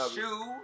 Shoe